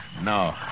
No